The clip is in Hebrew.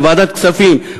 בוועדת כספים,